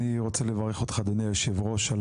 אני רוצה לברך אותך אדוני היושב-ראש על